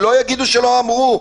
שלא יגידו שלא אמרו.